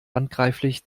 handgreiflich